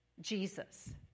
Jesus